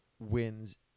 wins